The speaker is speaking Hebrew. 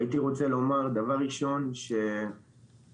הייתי רוצה לומר דבר ראשון, שהשרות